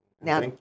Now